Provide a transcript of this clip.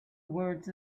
words